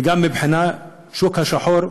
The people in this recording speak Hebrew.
וגם מבחינת השוק השחור,